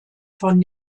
von